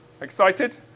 Excited